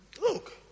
Look